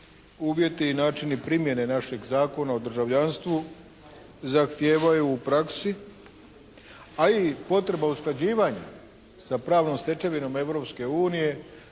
uvjeti i načini primjene našeg Zakona o državljanstvu zahtijevaju u praksi a i potreba usklađivanja sa pravnom stečevinom